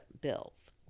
bills